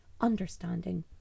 understanding